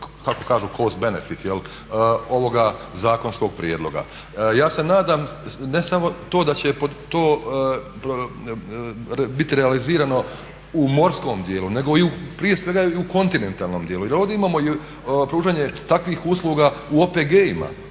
kako kažu cost benefit ovoga zakonskog prijedloga. Ja se nadam, ne samo to da će to biti realizirano u morskom dijelu nego prije svega i u kontinentalnom dijelu. Jer ovdje imamo pružanje takvih usluga u OPG-ima,